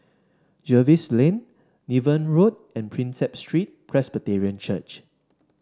Jervois Lane Niven Road and Prinsep Street Presbyterian Church